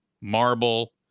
Marble